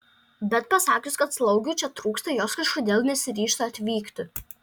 bet pasakius kad slaugių čia trūksta jos kažkodėl nesiryžta atvykti